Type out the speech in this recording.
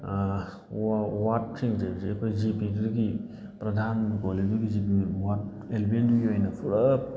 ꯋꯥꯗꯁꯤꯡꯗꯨꯁꯨ ꯑꯩꯈꯣꯏ ꯖꯤ ꯄꯤꯗꯨꯗꯒꯤ ꯄ꯭ꯔꯗꯥꯟꯅ ꯀꯣꯜꯂꯤꯕ ꯖꯤ ꯄꯤ ꯋꯥꯗ ꯑꯦꯂꯕꯦꯟꯒꯤ ꯑꯣꯏꯅ ꯄꯨꯂꯞ